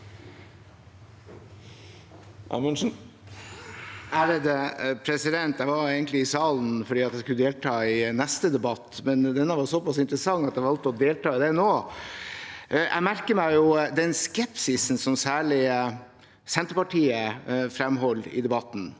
(FrP) Jeg var egentlig i salen fordi jeg skulle delta i neste debatt, men denne var såpass interessant at jeg valgte å delta i denne også. Jeg merker meg den skepsisen som særlig Senterpartiet fremholder i debatten.